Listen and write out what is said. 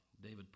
David